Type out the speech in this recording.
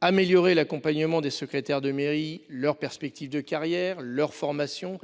Améliorer l'accompagnement des secrétaires de mairie, leurs perspectives de carrière, leur formation